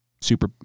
super